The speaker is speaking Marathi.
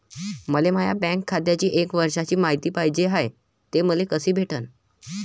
मले माया बँक खात्याची एक वर्षाची मायती पाहिजे हाय, ते मले कसी भेटनं?